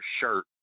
shirt